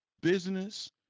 business